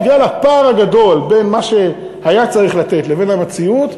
בגלל הפער הגדול בין מה שהיה צריך לתת לבין המציאות,